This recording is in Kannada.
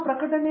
ಪ್ರೊಫೆಸರ್